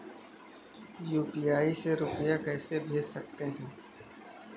UPI से रुपया कैसे भेज सकते हैं?